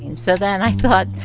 and so then i thought,